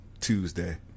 Tuesday